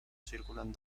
circulan